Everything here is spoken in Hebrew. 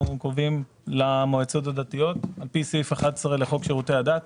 קובעים למועצות הדתיות על פי סעיף 11 לחוק שירותי הדת.